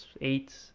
eight